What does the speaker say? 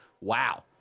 wow